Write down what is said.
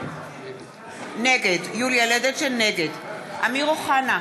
נגד אמיר אוחנה,